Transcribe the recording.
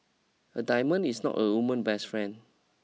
a diamond is not a woman's best friend